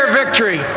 victory